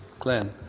glenn,